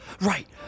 right